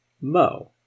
Mo